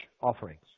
offerings